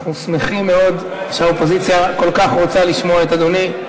אנחנו שמחים מאוד שהאופוזיציה כל כך רוצה לשמוע את אדוני.